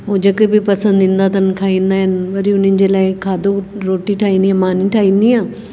हू जेके बि पसंदि ईंदा अथनि खाईंदा आहिनि वरी उन्हनि जे लाइ खाधो रोटी ठाहींदी मानी ठाहींदी आहियां